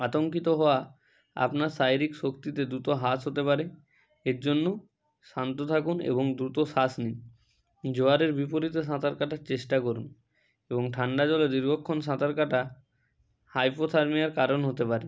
আতঙ্কিত হওয়া আপনার শারীরিক শক্তিতে দ্রুত হ্রাস হতে পারে এর জন্য শান্ত থাকুন এবং দ্রুত শ্বাস নিন জোয়ারের বিপরীতে সাঁতার কাটার চেষ্টা করুন এবং ঠান্ডা জলে দীর্ঘক্ষণ সাঁতার কাটা হাইপোথারমিয়ার কারণ হতে পারে